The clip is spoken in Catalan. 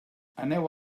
aneu